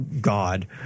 God